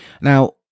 Now